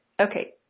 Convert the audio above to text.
Okay